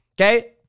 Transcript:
Okay